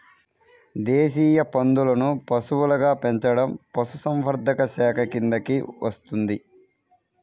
దేశీయ పందులను పశువులుగా పెంచడం పశుసంవర్ధక శాఖ కిందికి వస్తుంది